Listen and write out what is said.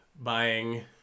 buying